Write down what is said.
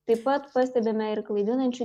taip pat pastebime ir klaidinančių